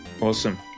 Awesome